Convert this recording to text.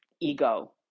ego